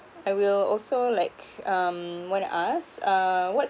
I will also like um want to ask uh what's